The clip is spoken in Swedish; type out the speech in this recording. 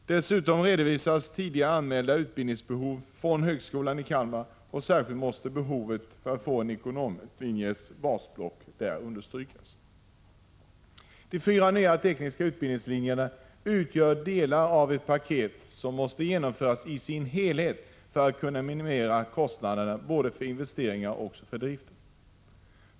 Dessutom redovisas tidigare anmälda utbildningsbehov från högskolan i Kalmar. Särskilt måste behovet att få ekonomlinjens basblock understrykas. De fyra nya tekniska utbildningslinjerna utgör delar av ett paket, som måste genomföras i sin helhet för att kunna minimera kostnaderna både för investeringar och för drift.